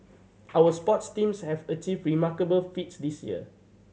our sports teams have achieve remarkable feats this year